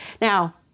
Now